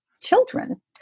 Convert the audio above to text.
children